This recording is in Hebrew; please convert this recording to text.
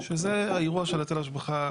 שזה האירוע של היטל השבחה,